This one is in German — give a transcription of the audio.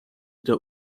der